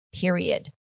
period